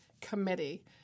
committee